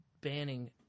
banning